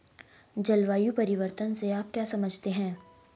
जलवायु परिवर्तन से आप क्या समझते हैं?